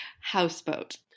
Houseboat